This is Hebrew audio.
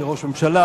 של ראש ממשלה,